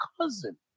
cousin